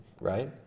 right